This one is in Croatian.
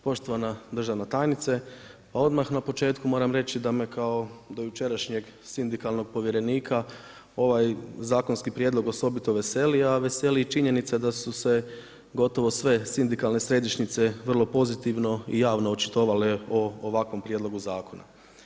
Poštovana državna tajnice, pa odmah na početku moram reći da me kao do jučerašnjeg sindikalnog povjerenika ovaj zakonski prijedlog osobito veseli, a veseli i činjenica da su se gotovo sve sindikalne središnjice vrlo pozitivno i javno očitovale o ovakvom prijedlogu zakona.